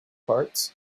parts